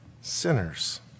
sinners